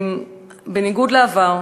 בניגוד לעבר,